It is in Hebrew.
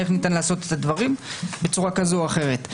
לעשות את הדברים בצורה כזאת או אחרת.